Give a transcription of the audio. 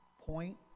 point